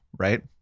Right